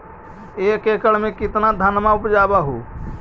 एक एकड़ मे कितना धनमा उपजा हू?